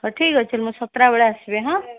ହଉ ଠିକ୍ ଅଛି ମୁଁ ସାତଟା ବେଳେ ଆସିବି ହାଁ